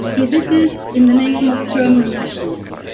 he did this in the name of german nationalism.